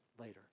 later